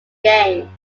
game